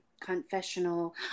confessional